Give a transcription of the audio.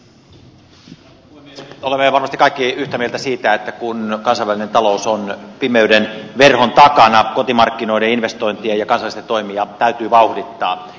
olemme varmasti kaikki yhtä mieltä siitä että kun kansainvälinen talous on pimeyden verhon takana kotimarkkinoiden investointeja ja kansallisia toimia täytyy vauhdittaa